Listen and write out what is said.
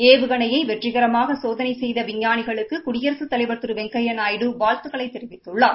ஏவுகணையை வெற்றிகரமாக சோதளை செப்த விஞ்ஞாளிகளுக்கு குடியரசுத் தலைவர் திரு வெங்கையா நாயுடு வாழ்த்துக்களைத் தெரிவித்துள்ளார்